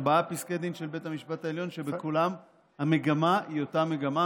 ארבעה פסקי דין של בית המשפט העליון שבכולם המגמה היא אותה מגמה,